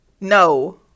No